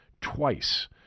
twice